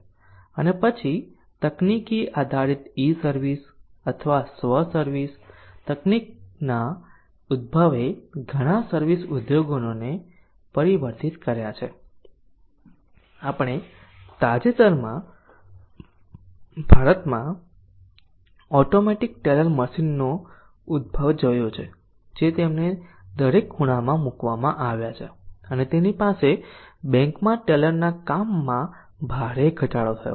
પછી તકનીકી આધારિત ઇ સર્વિસ અથવા સ્વ સર્વિસ તકનીકોના ઉદભવએ ઘણા સર્વિસ ઉદ્યોગોને પરિવર્તિત કર્યા છે આપણે તાજેતરમાં ભારતમાં ઓટોમેટિક ટેલર મશીનોનો ઉદભવ જોયો છે જે તેમને દરેક ખૂણામાં મૂકવામાં આવ્યા છે અને તેની સાથે બેંકમાં ટેલરના કામમાં ભારે ઘટાડો થયો છે